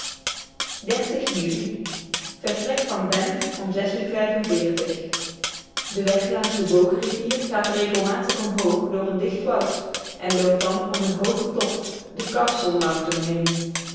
juli vertrek van banff om de weg langs de boogrivier gaat regelmatig omhoog door een dicht woud en loopt dan om een hoogen top den castle mountain heen